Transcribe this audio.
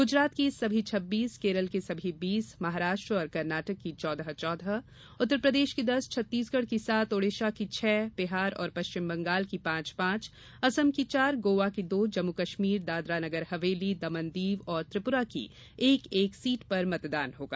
गुजरात की सभी छब्बीस केरल की सभी बीस महाराष्ट्र और कर्नाटक की चौदह चौदह उत्तर प्रदेश की दस छत्तीसगढ़ की सात ओडिसा की छह बिहार और पश्चिम बंगाल की पांच पांच असम की चार गोवा की दो जम्मु कश्मीर दादर नगरहवेली दमण दीव और त्रिपुरा की एक एक सीट पर मतदान होगा